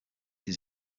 his